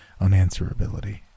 unanswerability